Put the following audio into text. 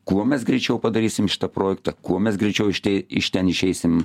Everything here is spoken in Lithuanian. kuo mes greičiau padarysim šitą projektą kuo mes greičiau iš te iš ten išeisim